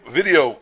video